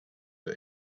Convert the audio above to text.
but